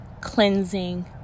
cleansing